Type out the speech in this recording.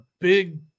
big